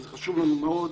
וזה חשוב לנו מאוד,